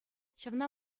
ҫавна